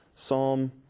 Psalm